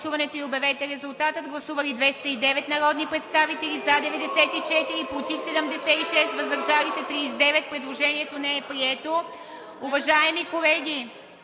Уважаеми колеги,